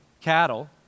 cattle